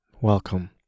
Welcome